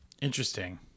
Interesting